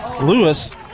Lewis